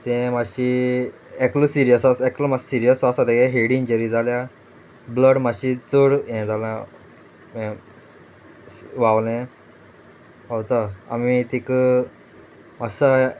तें मात्शें एकलो सिरियस आसा एकलो मात्सो सिरियस आसा तेजे हेड इंजरी जाल्यार ब्लड मातशी चड हें जालां व्हावलें व्हांवता आमी तिका मातसो